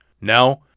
Now